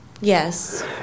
Yes